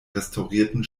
restaurierten